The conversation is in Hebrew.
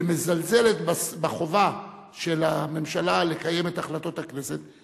ומזלזלת בחובתה של הממשלה לקיים את החלטות הכנסת,